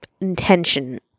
intention